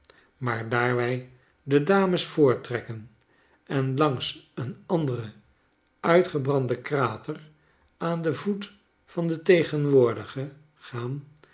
maar daar wij de dames voortrekken en langs een anderen uitgebranden krater aan den voet van den tegenwoordigen gaan